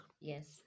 Yes